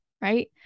Right